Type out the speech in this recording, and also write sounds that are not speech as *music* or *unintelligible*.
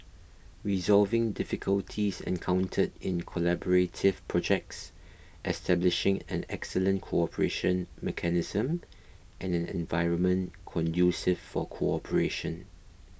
resolving difficulties encountered in collaborative projects establishing an excellent cooperation mechanism and an environment *unintelligible* for cooperation